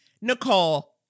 Nicole